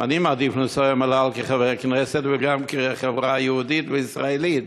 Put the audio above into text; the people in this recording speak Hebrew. אני מעדיף לנסוע עם "אל על" כחבר כנסת וגם כחברה יהודית וישראלית,